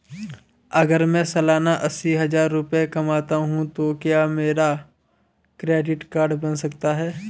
अगर मैं सालाना अस्सी हज़ार रुपये कमाता हूं तो क्या मेरा क्रेडिट कार्ड बन सकता है?